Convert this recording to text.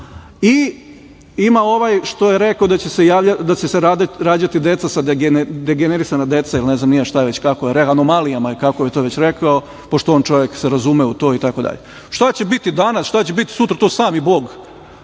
i ima ovaj što je rekao da će se rađati deca sa, degenerisana deca ili već kako je rekao, anomalijama, kako je to već rekao, pošto on čovek se razume u to itd. Šta će biti danas, šta će biti sutra – to sami Bog